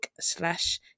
slash